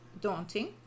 daunting